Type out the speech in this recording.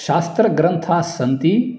शास्त्रग्रन्थास्सन्ति